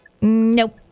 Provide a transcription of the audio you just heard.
Nope